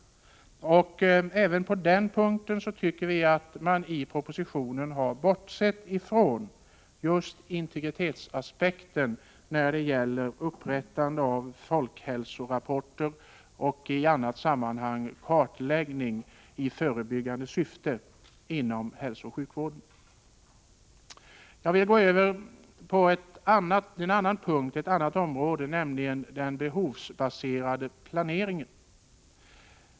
Vi tycker att man i propositionen har bortsett från just integritetsaspekten när det gäller upprättande av folkhälsorapporter och andra former av kartläggning i förebyggande syfte inom hälsooch sjukvården. Jag vill så gå över till ett annat område, nämligen den behovsbaserade planeringen.